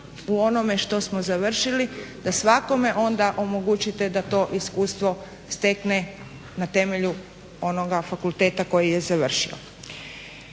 u onome što smo završili da svakome onda omogućite da to iskustvo stekne na temelju onoga fakulteta koji je završio.